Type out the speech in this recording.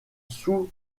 sous